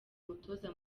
umutoza